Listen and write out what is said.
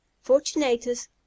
Fortunatus